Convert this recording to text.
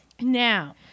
Now